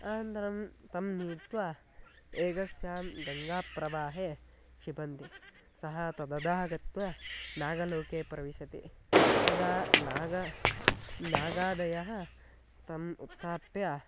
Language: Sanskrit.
अनन्तरं तं नीत्वा एकस्यां गङ्गाप्रवाहे क्षिपन्ति सः तदधः गत्वा नागलोके प्रविशति तदा नाग नागादयः तम् उत्थाप्य